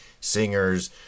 singers